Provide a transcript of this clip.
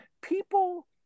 people